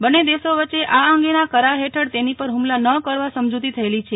બંને દેસો વચ્ચે આ અંગેના કરાર હેઠળ તેની પર હુમલા ન કરવા સમજૂતી થયેલી છે